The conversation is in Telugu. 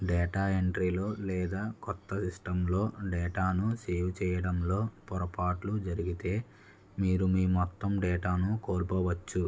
డేటా ఎంట్రీలో లేదా క్రొత్త సిస్టమ్లో డేటాను సేవ్ చేయడంలో పొరపాట్లు జరిగితే మీరు మీ మొత్తం డేటాను కోల్పోవచ్చు